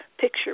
picture